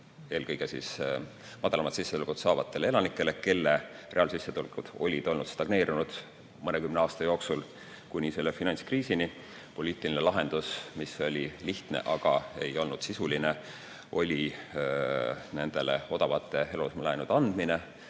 eelkõige madalamat sissetulekut saavatel elanikel, kelle reaalsissetulekud olid olnud stagneerunud mõnekümne aasta jooksul kuni selle finantskriisini. Poliitiline lahendus, mis oli lihtne, aga ei olnud sisuline, oli nendele odavate eluasemelaenude